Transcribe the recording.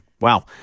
Wow